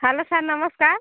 hello sir ନମସ୍କାର